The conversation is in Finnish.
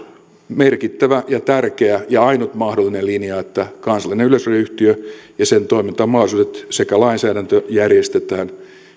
merkittävä ja tärkeä ja ainut mahdollinen linja että kansallinen yleisradioyhtiö ja sen toimintamahdollisuudet sekä lainsäädäntö järjestetään